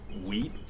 wheat